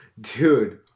dude